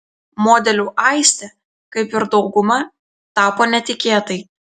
modeliu aistė kaip ir dauguma tapo netikėtai